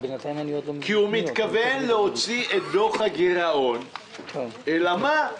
כי הוא מתכוון להוציא את דוח הגירעון אלא מה?